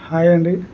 hi అండి